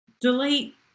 Delete